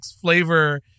flavor